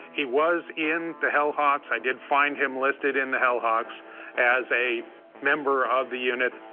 he was in the hell hawks. i did find him listed in the hell hawks as a member of the unit.